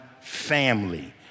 family